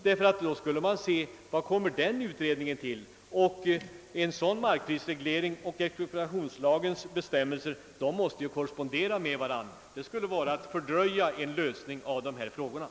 Man måste nämligen vänta och se, vilket resultat utredningen kommer till, och en sådan markprisreglering och expropriationslagens bestämmelser måste ju korrespondera med varandra. Det hela skulle innebära en försening av lösningen av dessa problem.